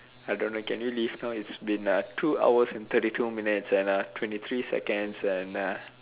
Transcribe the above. I don't know can you leave now it's been uh two hours and thirty two minutes and uh twenty three seconds and uh